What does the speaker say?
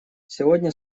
сегодня